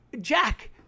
Jack –